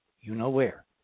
you-know-where